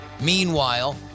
Meanwhile